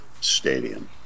stadium